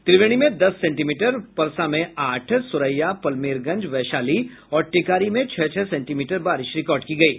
त्रिवेणी में दस सेंटीमीटर परसा में आठ सोरैया पलमेरगंज वैशाली और टेकारी में छह छह सेंटीमीटर बारिश रिकार्ड की गयी